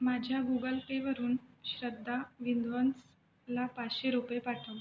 माझ्या गुगल पेवरून श्रद्धा विंद्वंसला पाचशे रुपये पाठव